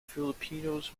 filipinos